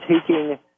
taking